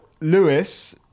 lewis